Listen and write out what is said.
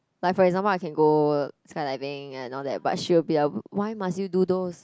like for example I can go skydiving and all that but she'll be like why must you do those